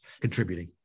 contributing